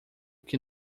que